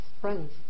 friends